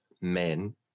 men